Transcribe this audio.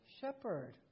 shepherd